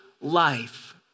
life